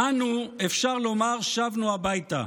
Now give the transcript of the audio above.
אנו, אפשר לומר, שבנו הביתה.